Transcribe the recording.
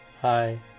Hi